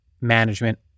management